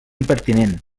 impertinent